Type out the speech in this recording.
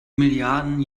milliarden